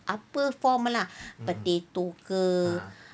apa form lah potato ke